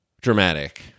dramatic